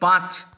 পাঁচ